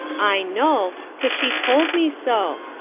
i know, cause she told me so.